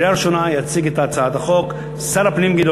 אושרה בקריאה ראשונה ברוב של 48 קולות בעד,